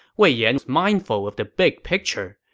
wei yan was mindful of the big picture.